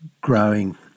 growing